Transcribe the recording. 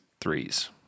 threes